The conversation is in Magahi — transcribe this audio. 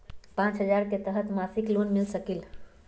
पाँच हजार के तहत मासिक लोन मिल सकील?